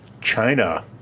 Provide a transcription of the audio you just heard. China